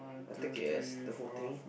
I take it as the whole things